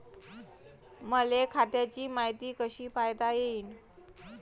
मले खात्याची मायती कशी पायता येईन?